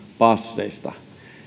passeista